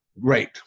great